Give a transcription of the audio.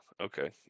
Okay